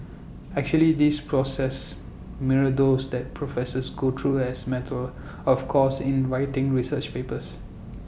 actually these processes mirror those that professors go through as matter of course in writing research papers